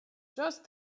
just